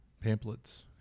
pamphlets